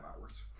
hours